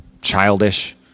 childish